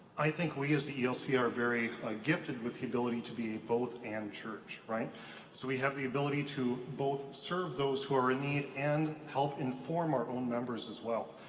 i think we as the elca are very ah gifted with the ability to be a both and church, right? so we have the ability to both serve those who are in need and help inform our own members, as well.